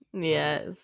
Yes